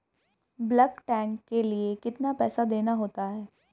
Bulk tank के लिए कितना पैसा देना होता है?